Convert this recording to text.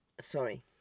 Sorry